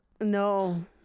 No